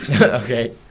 Okay